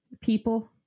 people